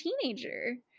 teenager